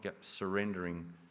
surrendering